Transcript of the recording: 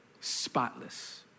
spotless